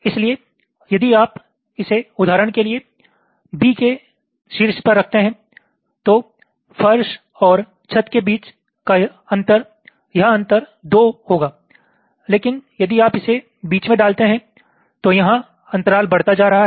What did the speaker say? इसलिए यदि आप इसे उदाहरण के लिए B के शीर्ष पर रखते हैं तो फर्श और छत के बीच का अंतर यह अंतर 2 होगा लेकिन यदि आप इसे बीच में डालते हैं तो यहां अंतराल बढ़ता जा रहा है